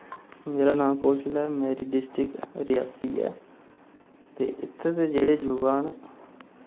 मेरा नां कौशल ऐ मेरी डिस्ट्रिक रियासी ऐ ते इत्थै दे जेह्ड़े जुवा न